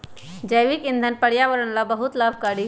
जैविक ईंधन पर्यावरण ला बहुत लाभकारी हई